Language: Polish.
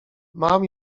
mam